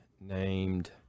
named –